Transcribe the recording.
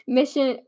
Mission